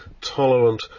tolerant